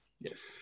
Yes